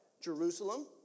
Jerusalem